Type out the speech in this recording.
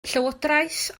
llywodraeth